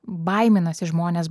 baiminasi žmonės